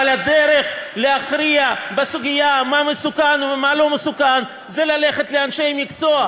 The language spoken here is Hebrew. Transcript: אבל הדרך להכריע בסוגיה מה מסוכן ומה לא מסוכן זה ללכת לאנשי מקצוע,